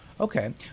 okay